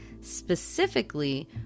specifically